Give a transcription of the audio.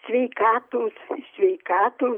sveikatos sveikatos